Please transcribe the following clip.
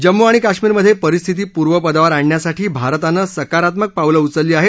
जम्मू आणि काश्मीरमध्ये परिस्थिती पूर्वपदावर आणण्यासाठी भारतानं सकारात्मक पावलं उचलली आहेत